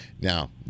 Now